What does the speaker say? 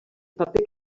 paper